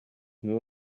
nur